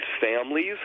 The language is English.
families